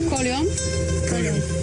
כיוון שכשיהיה תורכם אין לי ספק,